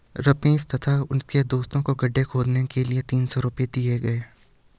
रमेश तथा उसके दोस्तों को गड्ढे खोदने के लिए तीन सौ रूपये दिए गए